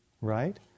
right